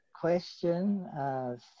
question